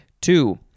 Two